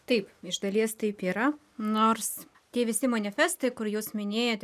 taip iš dalies taip yra nors tie visi manifestai kur jūs minėjot